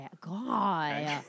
God